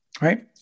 right